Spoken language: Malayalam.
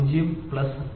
0 പ്ലസ് 0